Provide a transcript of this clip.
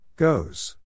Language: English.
Goes